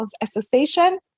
association